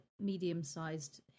medium-sized